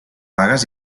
vagues